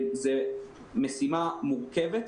זו משימה מורכבת,